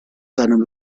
seinem